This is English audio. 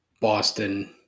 Boston